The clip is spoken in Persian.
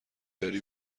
داری